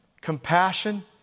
compassion